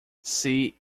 see